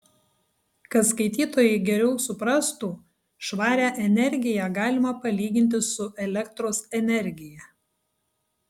kad skaitytojai geriau suprastų švarią energiją galima palyginti su elektros energija